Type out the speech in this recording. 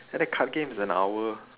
and the card game is an hour